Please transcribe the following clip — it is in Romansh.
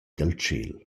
dal